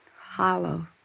hollow